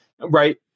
right